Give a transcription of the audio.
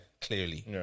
clearly